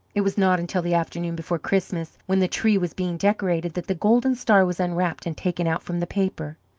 it was not until the afternoon before christmas, when the tree was being decorated, that the golden star was unwrapped and taken out from the paper.